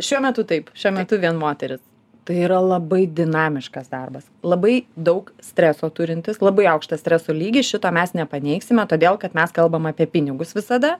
šiuo metu taip šiuo metu vien moterys tai yra labai dinamiškas darbas labai daug streso turintis labai aukštą streso lygį šito mes nepaneigsime todėl kad mes kalbam apie pinigus visada